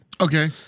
okay